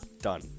done